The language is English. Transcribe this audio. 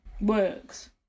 works